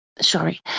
sorry